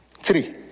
Three